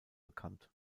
bekannt